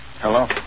Hello